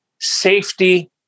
safety